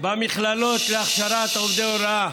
במכללות להכשרת עובדי הוראה.